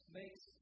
makes